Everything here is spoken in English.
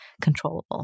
controllable